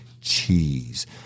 cheese